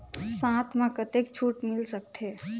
साथ म कतेक छूट मिल सकथे?